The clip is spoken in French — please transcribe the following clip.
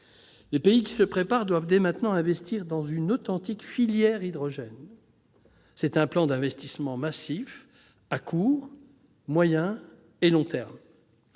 Les pays qui se préparent doivent dès maintenant promouvoir une authentique filière hydrogène, grâce à un plan d'investissements massifs à court, moyen et long termes.